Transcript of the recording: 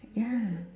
ya